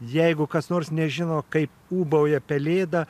jeigu kas nors nežino kaip ūbauja pelėda